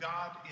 God